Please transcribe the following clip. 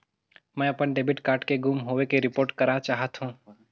मैं अपन debit card के गुम होवे के रिपोर्ट करा चाहत हों